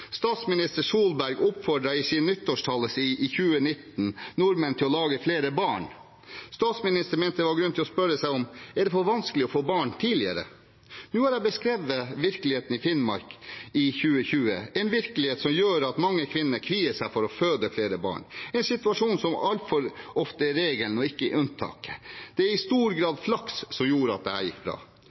Statsminister Solberg oppfordret i sin nyttårstale i 2019 nordmenn til å lage flere barn, og statsministeren mente det var grunn til å spørre seg om det var for vanskelig å få barn tidligere. Nå har jeg beskrevet virkeligheten i Finnmark i 2020, en virkelighet som gjør at mange kvinner kvier seg for å føde flere barn – en situasjon som altfor ofte er regelen og ikke unntaket. Det er i stor grad flaks som gjorde at dette gikk bra.